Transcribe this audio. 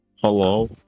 Hello